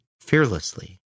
fearlessly